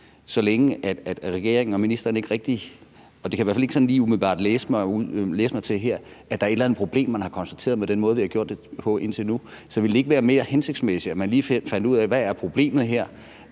at der er – og det kan jeg i hvert fald ikke sådan lige umiddelbart læse mig til her – et eller andet problem, man har konstateret med den måde, vi har gjort det på indtil nu. Så ville det ikke være mere hensigtsmæssigt, at man lige fandt ud af, hvad problemet er